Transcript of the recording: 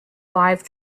live